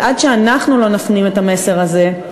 ועד שאנחנו לא נפנים את המסר הזה,